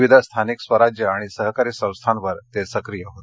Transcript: विविध स्थानिक स्वराज्य आणि सहकारी संस्थांवर ते सक्रिय होते